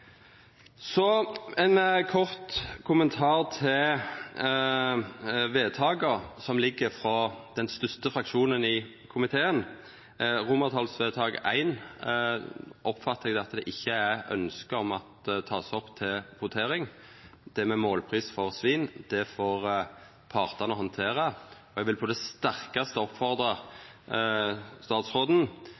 Så ein kort kommentar til vedtaka som ligg frå den største fraksjonen i komiteen. Når det gjeld I, oppfattar eg at det ikkje er ønske om at det vert teke opp til votering, det med målpris på svin, det får partane handtere. Eg vil på det sterkaste oppfordra statsråden